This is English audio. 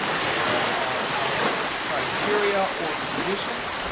there are our criteria or conditions.